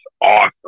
awesome